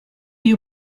you